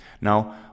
Now